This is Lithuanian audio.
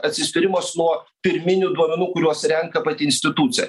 atsispyrimas nuo pirminių duomenų kuriuos renka pati institucija